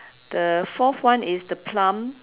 the fourth one is the plum